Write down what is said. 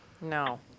No